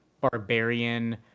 barbarian